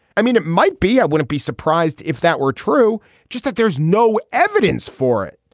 i mean it might be i wouldn't be surprised if that were true just that there's no evidence for it.